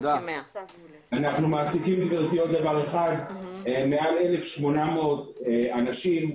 אנחנו מעסיקים מעל 1,800 אנשים,